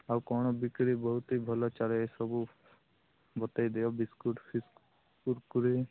ଆଉ କଣ ବିକ୍ରୀ ବହୁତ ହି ଭଲ ଚାଲେ ଏ ସବୁ ବତେଇଦିଅ ବିସ୍କୁଟ୍ ଫିସ୍କୁଟ୍ କୁରକୁରି